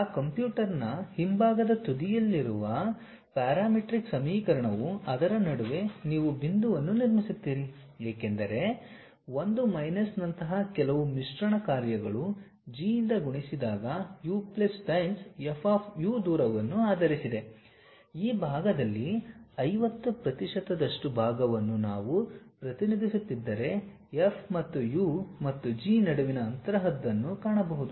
ಆ ಕಂಪ್ಯೂಟರ್ನ ಹಿಂಭಾಗದ ತುದಿಯಲ್ಲಿರುವ ಪ್ಯಾರಾಮೀಟ್ರಿಕ್ ಸಮೀಕರಣವು ಅದರ ನಡುವೆ ನೀವು ಬಿಂದುವನ್ನು ನಿರ್ಮಿಸುತ್ತೀರಿ ಏಕೆಂದರೆ 1 ಮೈನಸ್ ನಂತಹ ಕೆಲವು ಮಿಶ್ರಣ ಕಾರ್ಯಗಳು G ಯಿಂದ ಗುಣಿಸಿದಾಗ U plus times F of U ದೂರವನ್ನು ಆಧರಿಸಿದೆ ಈ ಭಾಗದಲ್ಲಿ 50 ಪ್ರತಿಶತದಷ್ಟು ಭಾಗವನ್ನು ನಾವು ಪ್ರತಿನಿಧಿಸುತ್ತಿದ್ದರೆ F ಮತ್ತು U ಮತ್ತು G ನಡುವಿನ ಅಂತರದಂತಹದನ್ನು ಕಾಣಬಹುದು